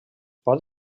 pot